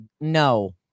no